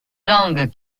langues